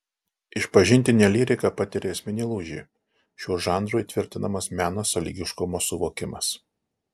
išpažintinė lyrika patiria esminį lūžį šiuo žanru įtvirtinamas meno sąlygiškumo suvokimas